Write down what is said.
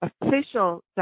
official